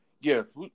Yes